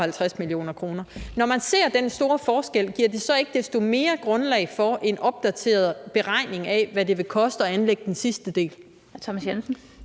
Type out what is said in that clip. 552 mio. kr. Når man ser den store forskel, giver det så ikke desto mere grundlag for en opdateret beregning af, hvad det vil koste at anlægge den sidste del?